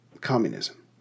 communism